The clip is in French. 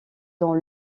dans